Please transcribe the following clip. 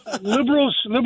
liberals